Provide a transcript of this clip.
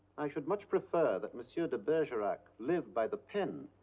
i should much prefer that monsieur de bergerac live by the pen,